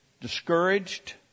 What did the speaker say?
discouraged